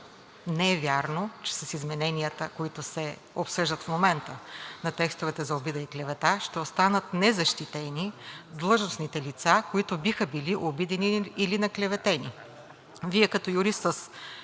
Не е вярно, че с измененията, които се обсъждат в момента, на текстовете за обида и клевета ще останат незащитени длъжностните лица, които биха били обидени или наклеветени. Вие като юрист с